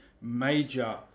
major